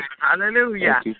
Hallelujah